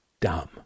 dumb